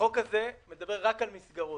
החוק הזה מדבר רק על מסגרות.